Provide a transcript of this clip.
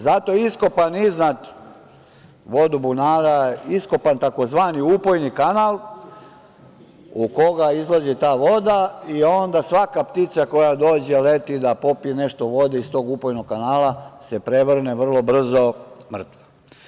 Zato je iskopan iznad vodobunara tzv. upojni kanal u koji izlazi ta voda i onda svaka ptica koja dođe leti da popije nešto vode iz tog upojnog kanala se prevrne vrlo brzo mrtva.